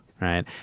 right